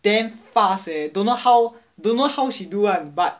damn fast eh don't know how don't know how she do [one]